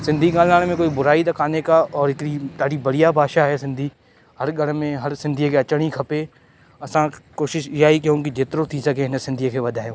सिंधी ॻाल्हाइण में कोई बुराई त कोन्हे का और हिकिड़ी ॾाढी बढ़िया भाषा आहे सिंधी हर घर में हर सिंधीअ खे अचणी खपे असां कोशिशि इहा ई कयूं की जेतिरो थी सघे इन सिंधीअ खे वधायूं